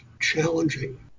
challenging